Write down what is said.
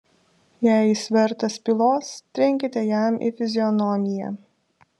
jei jis vertas pylos trenkite jam į fizionomiją